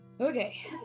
okay